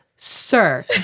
Sir